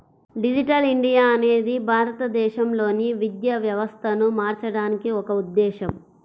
digital India అనేది భారతదేశంలోని విద్యా వ్యవస్థను మార్చడానికి ఒక ఉద్ధేశం